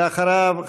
ואחריו,